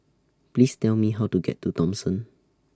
Please Tell Me How to get to Thomson